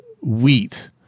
wheat